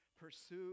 Pursue